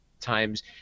times